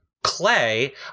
Clay